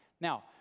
now